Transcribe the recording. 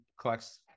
collects